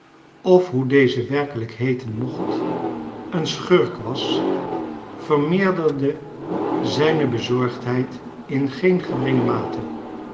of hoe deze werkelijk heeten mocht een schurk was vermeerderde zijne bezorgdheid in geen geringe mate